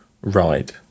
ride